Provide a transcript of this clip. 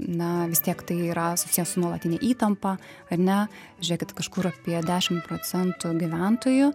na vis tiek tai yra susiję su nuolatine įtampa ar ne žiūrėkit kažkur apie dešimt procentų gyventojų